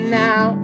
now